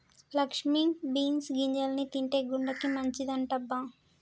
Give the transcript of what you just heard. Lakshmi beans గింజల్ని తింటే గుండెకి మంచిదంటబ్బ